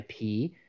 IP